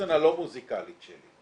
באוזן הלא מוזיקלית שלי,